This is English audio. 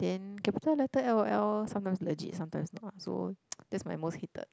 then capital letter lol oh sometime legit sometimes no ah so that's my most hated